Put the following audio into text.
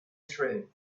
through